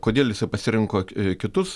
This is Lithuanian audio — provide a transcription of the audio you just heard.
kodėl jisai pasirinko kitus